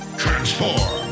transform